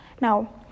Now